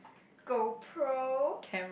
GoPro